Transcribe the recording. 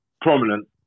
prominent